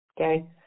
Okay